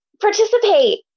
participate